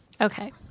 Okay